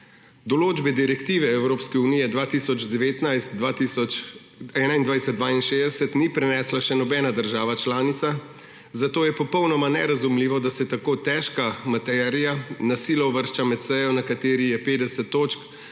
določbe Direktive Evropske unije 2019/2162ni prenesla še nobena država članica, zato je popolnoma nerazumljivo, da se tako težka materija na silo uvršča med sejo, na kateri je 50 točk,